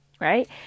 right